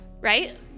right